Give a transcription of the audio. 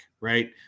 right